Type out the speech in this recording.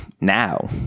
now